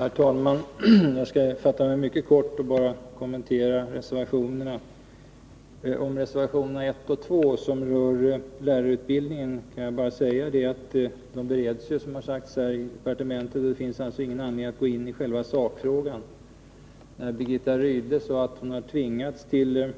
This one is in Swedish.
Herr talman! Jag skall fatta mig mycket kort och bara kommentera reservationerna. Reservationerna 1 och 2 som rör lärarutbildningen bereds, som sagts här, i departementet, och det finns ingen anledning att gå in i själva sakfrågan. När Birgitta Rydle sade att hon hade tvingats till